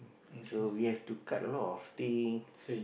so we have to cut a lot of thing